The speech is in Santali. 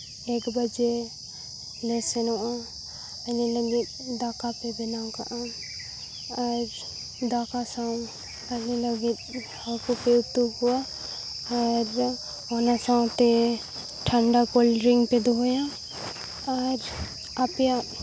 ᱮᱠ ᱵᱟᱡᱮ ᱞᱮ ᱥᱮᱱᱚᱜᱼᱟ ᱟᱞᱮ ᱞᱟᱹᱜᱤᱫ ᱫᱟᱠᱟ ᱯᱮ ᱵᱮᱱᱟᱣ ᱠᱟᱜᱼᱟ ᱟᱨ ᱫᱟᱠᱟ ᱥᱟᱶ ᱟᱞᱮ ᱞᱟᱹᱜᱤᱫ ᱦᱟᱹᱠᱩ ᱯᱮ ᱩᱛᱩ ᱠᱚᱣᱟ ᱟᱨ ᱚᱱᱟ ᱥᱟᱶᱛᱮ ᱴᱷᱟᱱᱰᱟ ᱠᱳᱞᱰᱨᱤᱝᱥ ᱯᱮ ᱫᱚᱦᱚᱭᱟ ᱟᱨ ᱟᱯᱮᱭᱟᱜ